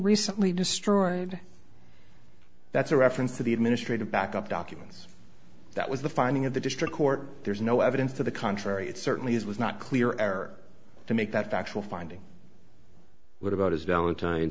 recently destroyed that's a reference to the administrative back up documents that was the finding of the district court there's no evidence to the contrary it certainly is was not clear error to make that factual finding would about his valentine's